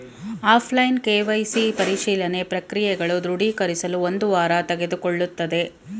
offline KYC ಪರಿಶೀಲನೆ ಪ್ರಕ್ರಿಯೆಗಳು ದೃಢೀಕರಿಸಲು ಒಂದು ವಾರ ತೆಗೆದುಕೊಳ್ಳುತ್ತದೆ